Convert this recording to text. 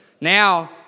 Now